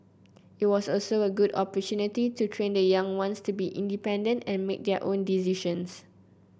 it was also a good to train the young ones to be independent and make their own decisions